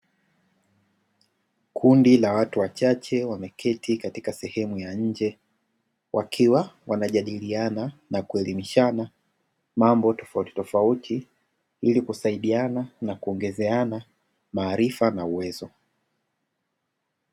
Kundi la watu wachache wakiwa wameketi katika sehemu ya nje. Wakiwa wanajadiliana na kuelemishana mambo tofauti ili kusaidiana na kuongezeana maarifa.